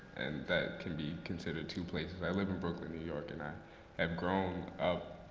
and that can be considered two places. i live in brooklyn, new york, and i have grown up